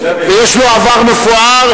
יש לו עבר מפואר,